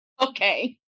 Okay